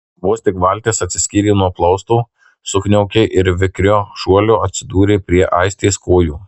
vos tik valtis atsiskyrė nuo plausto sukniaukė ir vikriu šuoliu atsidūrė prie aistės kojų